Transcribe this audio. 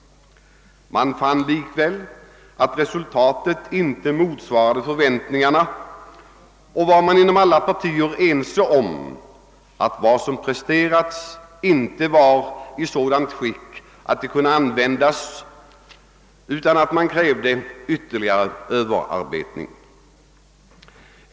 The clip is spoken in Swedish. Likväl motsvarade inte resultatet förväntningarna, och man var inom alla partier ense om att det krävdes en ytterligare överarbetning.